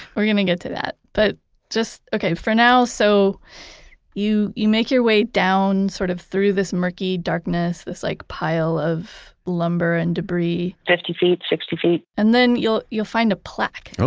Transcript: we're going to get to that, but just for now, so you you make your way down sort of through this murky darkness, this like pile of lumber and debris, fifty feet, sixty feet and then you'll you'll find a plaque oh.